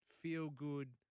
feel-good